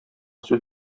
сүз